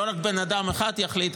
שלא רק בן אדם אחד יחליט,